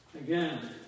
Again